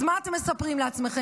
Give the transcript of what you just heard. אז מה אתם מספרים לעצמכם,